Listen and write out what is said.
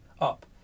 up